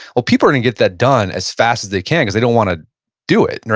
well people are gonna get that done as fast as they can, cause they don't wanna do it.